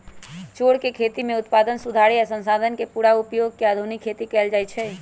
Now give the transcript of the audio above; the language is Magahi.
चौर के खेती में उत्पादन सुधारे आ संसाधन के पुरा उपयोग क के आधुनिक खेती कएल जाए छै